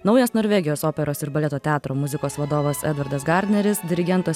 naujas norvegijos operos ir baleto teatro muzikos vadovas edvardas gardneris dirigento